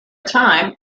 time